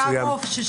היה רוב.